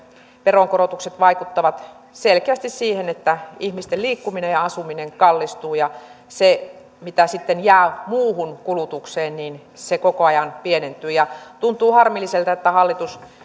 veronkorotukset vaikuttavat selkeästi siihen että ihmisten liikkuminen ja asuminen kallistuu ja se mitä sitten jää muuhun kulutukseen koko ajan pienentyy tuntuu harmilliselta että